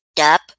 up